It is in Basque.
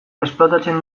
esplotatzen